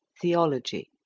theology